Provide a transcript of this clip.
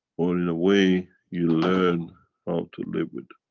or in a way, you learn how to live with